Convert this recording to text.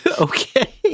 Okay